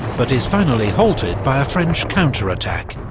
but is finally halted by a french counterattack.